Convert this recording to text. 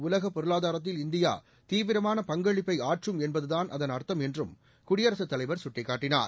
உலக பொருளாதாரத்தில் இந்தியா தீவிரமான பங்களிப்பை ஆற்றும் என்பதுதான் அதன் அர்த்தம் என்றும் குடியரசுத் தலைவர் சுட்டிக்காட்டினார்